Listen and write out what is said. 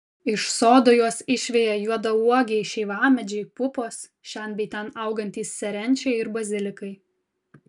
iš sodo juos išveja juodauogiai šeivamedžiai pupos šen bei ten augantys serenčiai ir bazilikai